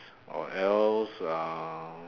or else uh